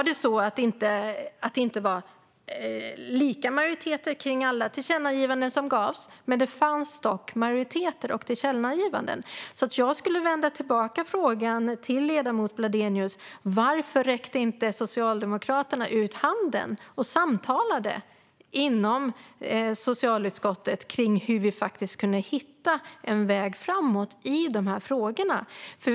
Det fanns inte lika stora majoriteter för alla tillkännagivanden, men det fanns majoriteter och tillkännagivanden. Jag skulle därför vilja rikta frågan tillbaka till ledamoten Bladelius: Varför räckte inte Socialdemokraterna ut handen och samtalade inom socialutskottet kring hur vi skulle kunna hitta en väg framåt i dessa frågor?